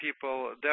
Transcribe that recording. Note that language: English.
people